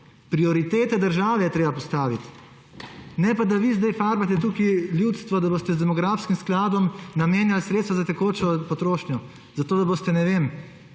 Prioritete države je treba postaviti, ne pa da vi zdaj farbate tukaj ljudstvo, da boste z demografskim skladom namenjali sredstva za tekočo potrošnjo, zato da boste, ne vem,